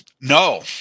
No